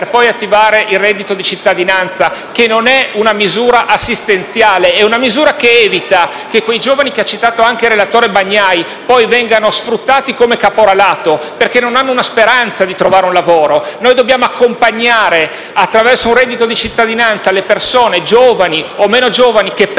per poi attivare il reddito di cittadinanza, che non è una misura assistenziale; è una misura che evita che quei giovani che ha citato anche il relatore Bagnai vengano poi sfruttati come caporalato, perché non hanno speranza di trovare un lavoro. Noi dobbiamo accompagnare, attraverso un reddito di cittadinanza, le persone giovani o meno giovani che perdono